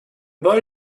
boy